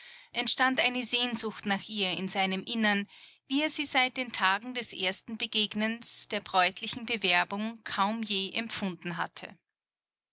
entstand eine sehnsucht nach ihr in seinem innern wie er sie seit den tagen des ersten begegnens der bräutlichen bewerbung kaum je empfunden hatte